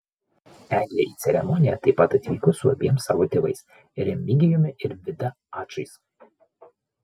eglė į ceremoniją taip pat atvyko su abiem savo tėvais remigijumi ir vida ačais